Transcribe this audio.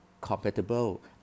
compatible